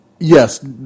Yes